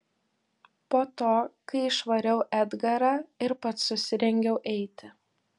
po to kai išvariau edgarą ir pats susirengiau eiti